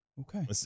Okay